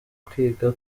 kwiga